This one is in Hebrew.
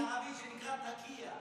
יש מושג אצל הערבים שנקרא "תאקיה",